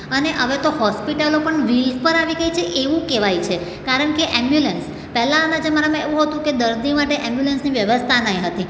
અને હવે તો હોસ્પિટલો પણ વિલ પર આવી ગઈ છે એવું કહેવાય છે કારણ કે એમ્બ્યુલન્સ પહેલાંના જમાનામાં એવું હતું કે દર્દી માટે એમ્બ્યુલન્સની વ્યવસ્થા ન હતી